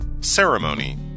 Ceremony